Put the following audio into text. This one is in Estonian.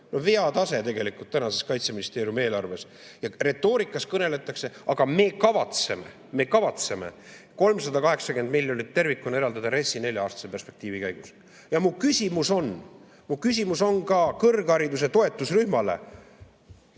veatase tegelikult tänases Kaitseministeeriumi eelarves. Retoorikas kõneldakse: aga me kavatseme, me kavatseme 380 miljonit tervikuna eraldada RES-i nelja-aastase perspektiivi käigus. Mu küsimus on ka kõrghariduse toetusrühmale,